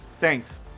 thanks